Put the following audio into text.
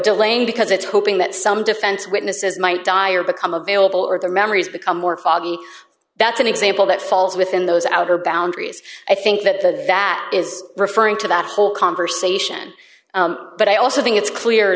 delaying because it's hoping that some defense witnesses might die or become available or their memories become more foggy that's an example that falls within those outer boundaries i think that that is referring to that whole conversation but i also think it's clear